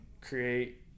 create